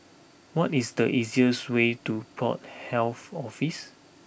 what is the easiest way to Port Health Office